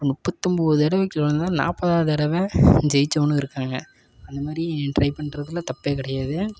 முப்பத்து ஒம்பது தடவை கீழே விழுந்தாலும் நாப்பதாவுது தடவை ஜெயிச்சவணும் இருக்காங்க அந்த மாதிரி ட்ரை பண்ணுறதுல தப்பு கிடையாது